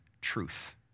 truth